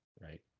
right